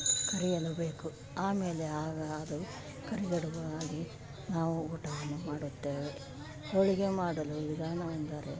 ಕರಿಯಲು ಬೇಕು ಆಮೇಲೆ ಆಗ ಅದು ಕರಿಗಡುಬು ಆಗಿ ನಾವು ಊಟವನ್ನು ಮಾಡುತ್ತೇವೆ ಹೋಳಿಗೆ ಮಾಡಲು ವಿಧಾನವೆಂದರೆ